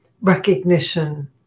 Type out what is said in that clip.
recognition